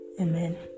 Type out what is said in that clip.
Amen